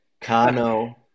Kano